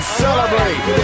celebrate